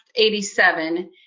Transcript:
87